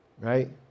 Right